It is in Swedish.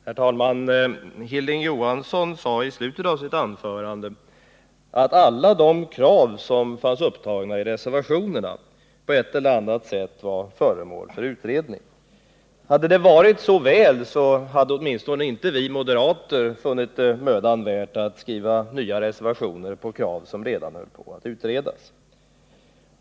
Herr talman! Hilding Johansson sade i slutet av sitt anförande att alla de krav som fanns upptagna i reservationerna på ett eller annat sätt var föremål för utredning. Hade det varit så väl, hade åtminstone inte vi moderater funnit det mödan värt att skriva nya reservationer med krav som redan höll på att utredas.